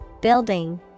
Building